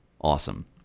Awesome